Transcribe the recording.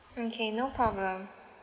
okay no problem